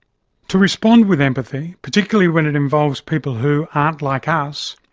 to respond with empathy, particularly when it involves people who aren't like us,